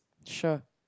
sure